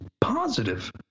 positive